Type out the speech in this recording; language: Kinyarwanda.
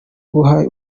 guha